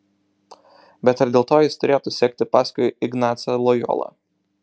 bet ar dėl to jis turėtų sekti paskui ignacą lojolą